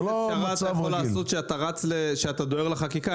המצב הוא שאתה דוהר לחקיקה.